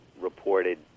reported